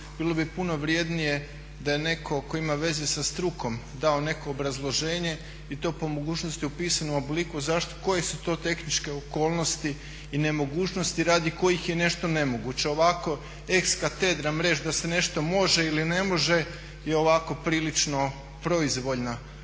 bilo bi puno vrjednije da je netko tko ima veze sa strukom dao neko obrazloženje i to po mogućnosti u pisanom obliku koje su to tehničke okolnosti i nemogućnosti radi kojih je nešto nemoguće. Ovako … reći da se nešto može ili ne može je ovako prilično proizvoljna